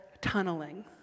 tunneling